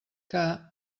que